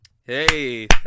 Hey